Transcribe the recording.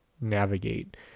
navigate